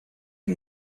can